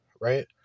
right